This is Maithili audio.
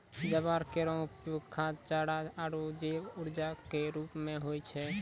ज्वार केरो उपयोग खाद्य, चारा आरु जैव ऊर्जा क रूप म होय छै